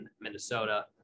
Minnesota